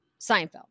Seinfeld